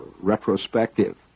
retrospective